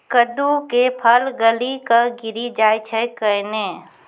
कददु के फल गली कऽ गिरी जाय छै कैने?